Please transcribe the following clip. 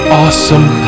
awesome